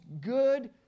good